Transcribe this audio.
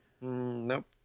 Nope